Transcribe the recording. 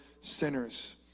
sinners